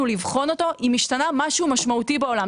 לבחון אותו אם השתנה משהו משמעותי בעולם.